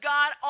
God